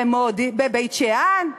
בבית-שאן,